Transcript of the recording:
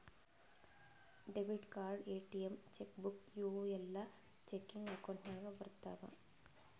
debit card, ATM, cheque book ಇವೂ ಎಲ್ಲಾ checking account ನಾಗ್ ಬರ್ತಾವ್